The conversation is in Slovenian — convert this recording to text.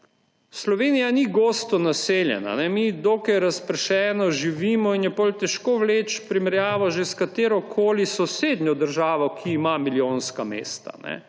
Slovenija ni gosto naseljena. Mi dokaj razpršeno živimo in je potem težko vleči primerjavo že s katerokoli sosednjo državo, ki ima milijonska mesta.